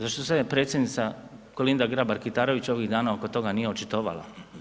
Zašto se predsjednica Kolinda Grabar-Kitarović ovih dana oko toga nije očitovala?